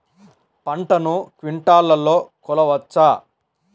పంటను క్వింటాల్లలో కొలవచ్చా?